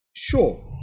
Sure